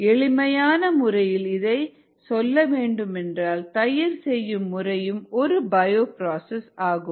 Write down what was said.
எளிமையான முறையில் இதை சொல்ல வேண்டுமென்றால் தயிர் செய்யும் முறையும் ஒரு பயோபிராசஸ் ஆகும்